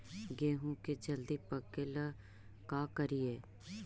गेहूं के जल्दी पके ल का करियै?